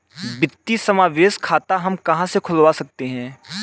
वित्तीय समावेशन खाता हम कहां से खुलवा सकते हैं?